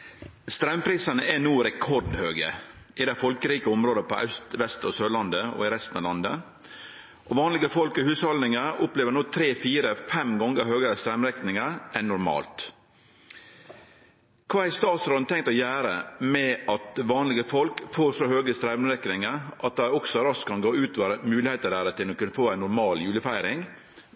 spørsmålet er trukket tilbake. «Straumprisane er no rekordhøge i dei folkerike områda på aust, vest og sørlandet, og «vanlige folk» og hushaldningar opplever 3-4-5 gongar høgare straumrekningar enn normalt. Kva har statsråden tenkt å gjere med at «vanlige folk» får så høge straumrekningar at dette også raskt kan gå ut over deira muligheit til å kunne få ei normal julefeiring